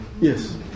Yes